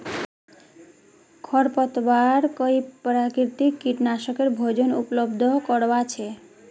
खरपतवार कई प्राकृतिक कीटनाशकेर भोजन उपलब्ध करवा छे